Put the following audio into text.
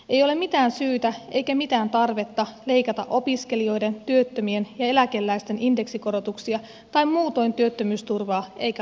ei ole mitään syytä eikä mitään tarvetta leikata opiskelijoiden työttömien ja eläkeläisten indeksikorotuksia tai muutoin työttömyysturvaa eikä lapsilisiä